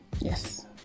Yes